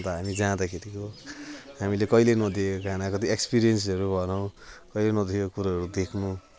अन्त हामी जाँदाखेरिको हामीले कहिले नदेखेको काना कति एक्सपिरियन्सहरू भनौँ र यो नदेखेको कुरोहरू देख्नु